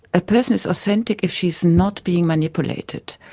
a person is authentic if she is not being manipulated.